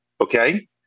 okay